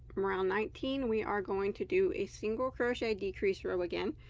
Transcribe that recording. round nineteen. we are going to do a single crochet decrease row again.